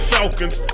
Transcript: Falcons